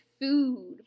food